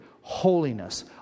holiness